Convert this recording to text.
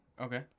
Okay